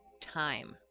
Time